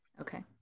okay